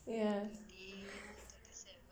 ya